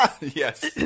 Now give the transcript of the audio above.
Yes